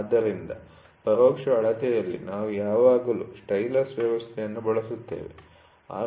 ಆದ್ದರಿಂದ ಪರೋಕ್ಷ ಅಳತೆ'ಯಲ್ಲಿ ನಾವು ಯಾವಾಗಲೂ ಸ್ಟೈಲಸ್ ವ್ಯವಸ್ಥೆಯನ್ನು ಬಳಸುತ್ತೇವೆ